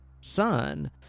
son